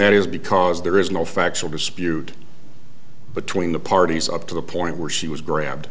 that is because there is no factual dispute between the parties up to the point where she was grand